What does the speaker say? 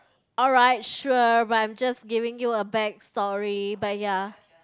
alright sure but I'm just giving you a back story but ya